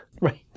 Right